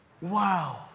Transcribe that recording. wow